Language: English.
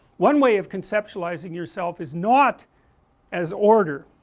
one way of conceptualizing yourself is not as order,